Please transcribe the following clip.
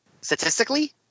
statistically